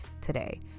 today